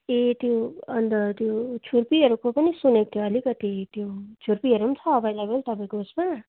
ए त्यो अन्त त्यो छुर्पीहरूको पनि सुनेको थिएँ अलिकति त्यो छुर्पीहरू छ एभाइलेभल तपाईँको उयसमा